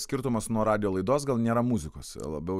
skirtumas nuo radijo laidos gal nėra muzikos labiau